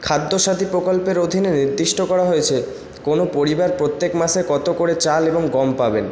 খাদ্যসাথী প্রকল্পের অধীনে নির্দিষ্ট করা হয়েছে কোনো পরিবার প্রত্যেক মাসে কত করে চাল এবং গম পাবেন